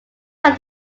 that